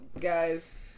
Guys